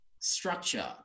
structure